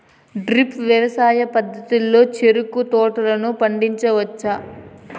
drip వ్యవసాయ పద్ధతిలో చెరుకు తోటలను పండించవచ్చా